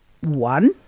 one